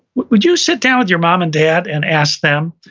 would you sit down with your mom and dad and ask them.